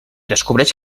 descobreix